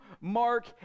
Mark